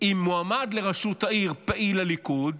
עם מועמד לראשות העיר פעיל הליכוד,